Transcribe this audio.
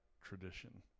tradition